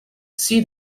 see